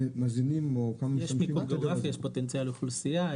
יש פוטנציאל אוכלוסייה,